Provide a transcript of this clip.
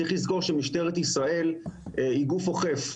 צריך לזכור שמשטרת ישראל היא גוף אוכף.